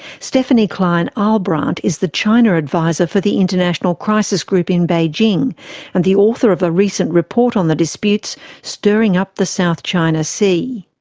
stephanie kleine-ahlbrandt is the china adviser for the international crisis group in beijing and the author of a recent report on the disputes, stirring up the south china sea.